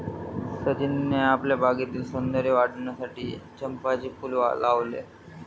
सचिनने आपल्या बागेतील सौंदर्य वाढविण्यासाठी चंपाचे फूल लावले